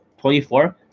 24